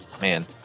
Man